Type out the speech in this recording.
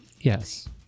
Yes